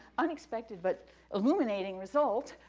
unexpected, but illuminating result.